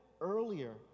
earlier